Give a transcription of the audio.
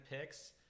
picks